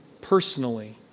personally